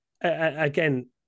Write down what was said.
again